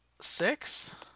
Six